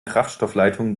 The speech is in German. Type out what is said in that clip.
kraftstoffleitungen